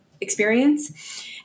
experience